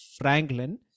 franklin